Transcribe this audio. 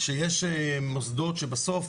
שיש מוסדות שבסוף